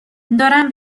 دارم